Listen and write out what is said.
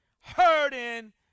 hurting